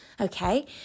okay